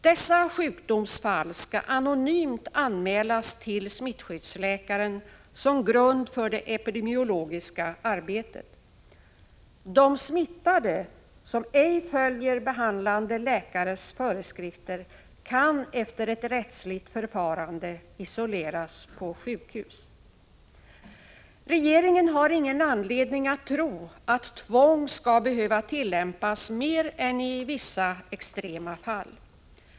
Dessa sjukdomsfall skall anonymt anmälas till smittskyddsläkaren som grund för det epidemiologiska arbetet. De smittade som ej följer behandlande läkares föreskrifter kan efter ett rättsligt förfarande isoleras på sjukhus. Regeringen har ingen anledning att tro att tvång skall behöva tillämpas mer än i vissa extrema fall.